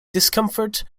discomfort